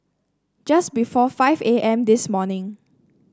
just before five A M this morning